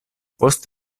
post